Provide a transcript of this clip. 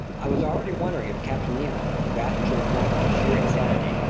i was already wondering if captain nemo, rash to the point of sheer insanity,